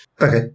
Okay